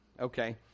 Okay